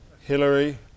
Hillary